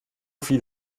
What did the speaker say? viel